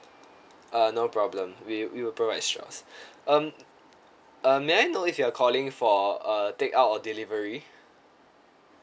uh no problem we we'll provide straws um uh may I know if you're calling for uh take out or delivery